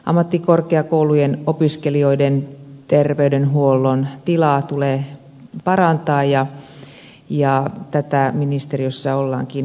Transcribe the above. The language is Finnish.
ammattikorkeakoulujen opiskelijoiden terveydenhuollon tilaa tulee parantaa ja tätä ministeriössä ollaankin tekemässä